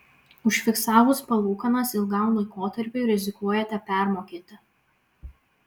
užfiksavus palūkanas ilgam laikotarpiui rizikuojate permokėti